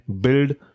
build